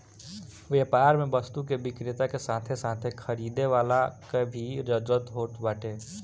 व्यापार में वस्तु के विक्रेता के साथे साथे खरीदे वाला कअ भी जरुरत होत बाटे